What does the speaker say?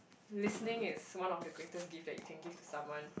listening is one of the greatest gift that you can give to someone